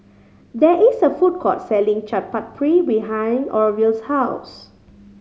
there is a food court selling Chaat Papri behind Orville's house